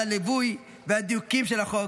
על הליווי והדיוקים של החוק,